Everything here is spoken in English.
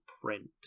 print